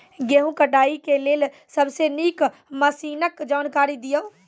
गेहूँ कटाई के लेल सबसे नीक मसीनऽक जानकारी दियो?